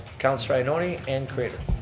councillor ioannoni and craitor.